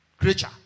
creature